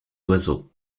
oiseaux